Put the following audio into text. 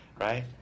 right